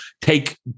take